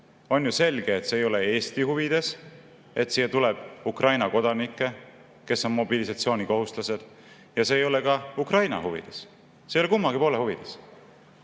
On ju selge, et see ei ole Eesti huvides, et siia tuleb Ukraina kodanikke, kes on mobilisatsioonikohuslased, ja see ei ole ka Ukraina huvides. See ei ole kummagi poole huvides.